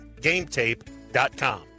GameTape.com